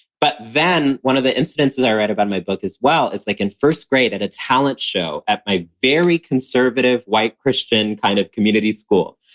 but then one of the incidences i write about my book, as well, is like in first grade at a talent show at my very conservative white christian kind of community school,